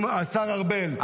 אם השר ארבל,